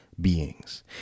beings